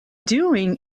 doing